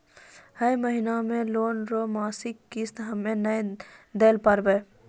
है महिना मे लोन रो मासिक किस्त हम्मे नै दैल पारबौं